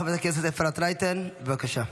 חברת הכנסת אפרת רייטן, בבקשה.